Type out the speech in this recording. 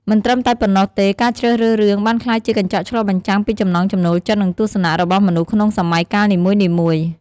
មិនត្រឹមតែប៉ុណ្ណោះទេ ការជ្រើសរើសរឿងបានក្លាយជាកញ្ចក់ឆ្លុះបញ្ចាំងពីចំណង់ចំណូលចិត្ត និងទស្សនៈរបស់មនុស្សក្នុងសម័យកាលនីមួយៗ ។